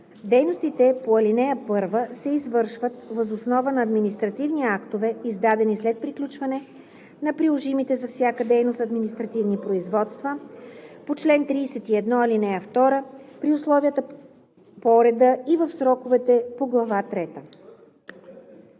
Дейностите по ал. 1 се извършват въз основа на административни актове, издадени след приключване на приложимите за всяка дейност административни производства по чл. 31, ал. 2, при условията, по реда и в сроковете по глава